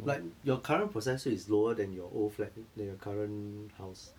like your current process rate is lower than your old flat than your current house